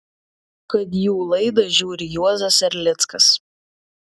kad jų laidą žiūri juozas erlickas